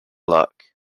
luck